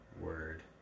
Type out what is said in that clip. word